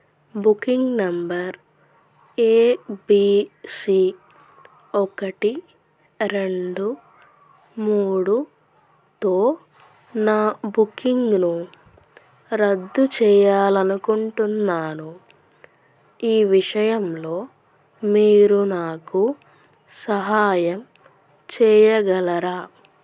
booking number A B C ఒకటి రెండు మూడుతో నా బుకింగ్ను రద్దు చెయ్యాలి అనుకుంటున్నాను ఈ విషయంలో మీరు నాకు సహాయం చేయగలరా